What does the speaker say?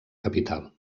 capital